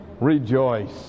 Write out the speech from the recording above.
rejoice